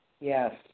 Yes